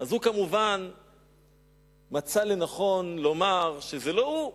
אז הוא כמובן מצא לנכון לומר שזה לא הוא.